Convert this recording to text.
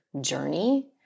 journey